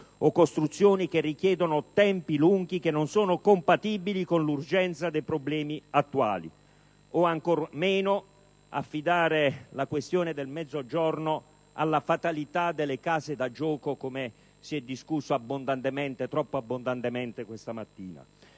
o costruzioni che richiedono tempi lunghi che non sono compatibili con l'urgenza dei problemi attuali; o ancor meno affidare la questione del Mezzogiorno alla fatalità delle case da gioco, come si è discusso troppo abbondantemente questa mattina.